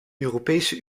europese